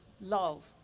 love